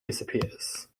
disappears